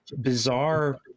bizarre